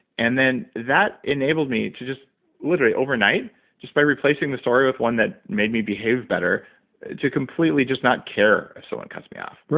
and then that enabled me to just literally over night just by replacing the story with one that made me behave better to completely just not care if someone cuts me off.